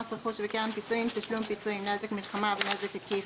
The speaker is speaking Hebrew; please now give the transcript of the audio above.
רכוש וקרן פיצויים (תשלום פיצויים) (נזק מלחמה ונזק עקיף),